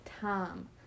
time